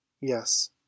Yes